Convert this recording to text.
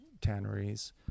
tanneries